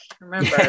remember